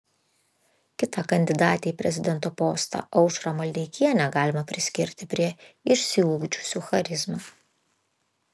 kitą kandidatę į prezidento postą aušrą maldeikienę galima priskirti prie išsiugdžiusių charizmą